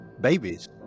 babies